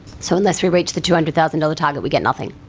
so unless we reach the two hundred thousand dollars target, we get nothing.